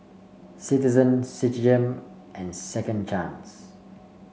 Citizen Citigem and Second Chance